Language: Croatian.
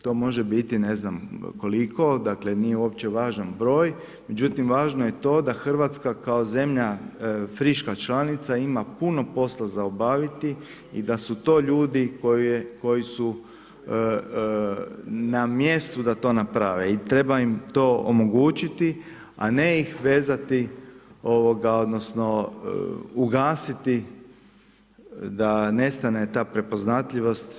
To može biti ne znam koliko, dakle, nije uopće važan broj, međutim, važno je to da Hrvatska kao zemlja friška članica ima puno posla za obaviti i da su to ljudi koji su na mjestu da to naprave i treba im to omogućiti, a ne ih vezati, odnosno, ugasiti da nestane ta prepoznatljivost.